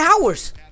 hours